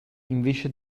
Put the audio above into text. invece